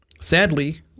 sadly